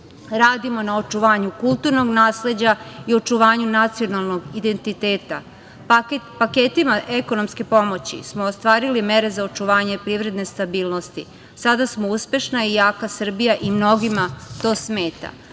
Radimo na očuvanju kulturnog nasleđa i očuvanju nacionalnog identiteta. Paketima ekonomske pomoći smo ostvarili mere za očuvanje privredne stabilnosti. Sada smo uspešna i jaka Srbija i mnogim to smeta.